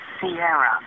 sierra